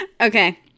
Okay